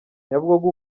nyabugogo